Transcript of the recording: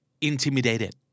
Intimidated